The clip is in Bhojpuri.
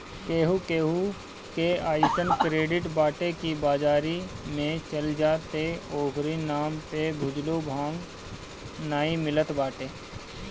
केहू केहू के अइसन क्रेडिट बाटे की बाजारी में चल जा त ओकरी नाम पे भुजलो भांग नाइ मिलत बाटे